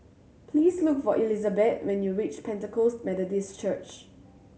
please look for Elizabet when you reach Pentecost Methodist Church